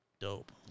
dope